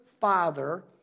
father